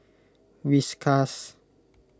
Whiskas